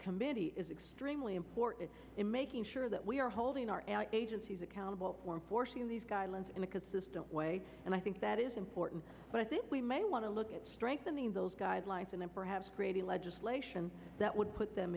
committee is extremely important in making sure that we are holding our agencies accountable for forcing these guidelines in a consistent way and i think that is important but i think we may want to look at strengthening those guidelines and perhaps brady legislation that would put them